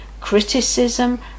criticism